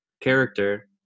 character